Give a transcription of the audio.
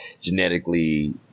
genetically